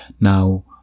Now